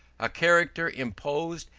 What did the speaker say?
a character imposed,